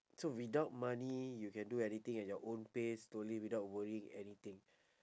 so without money you can do anything at your own pace slowly without worrying anything